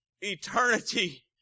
eternity